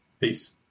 Peace